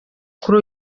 kuri